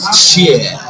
share